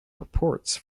reports